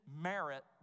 merit